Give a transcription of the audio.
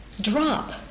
drop